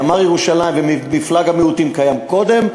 ימ"ר ירושלים ומפלג המיעוטים קיימים קודם,